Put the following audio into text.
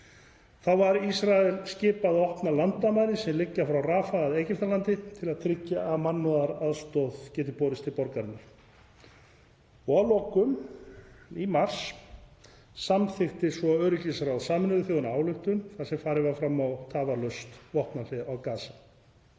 Þá var Ísrael skipað að opna landamærin sem liggja frá Rafah að Egyptalandi til að tryggja að mannúðaraðstoð gæti borist til borgarinnar. Að lokum samþykkti svo öryggisráð Sameinuðu þjóðanna í mars ályktun þar sem farið var fram á tafarlaust vopnahlé á Gaza.